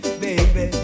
baby